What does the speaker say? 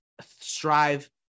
strive